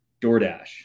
DoorDash